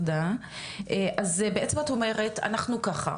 אז בעצם את אומרת אנחנו ככה,